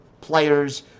players